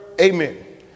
Amen